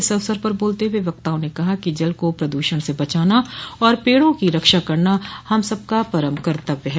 इस अवसर पर बोलते हुए वक्ताओं ने कहा कि जल को प्रदूषण से बचाना और पेड़ों की रक्षा करना हम सबका परम कर्तव्य है